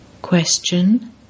Question